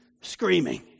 screaming